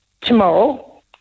tomorrow